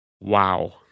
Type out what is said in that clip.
Wow